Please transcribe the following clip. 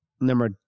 number